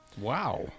Wow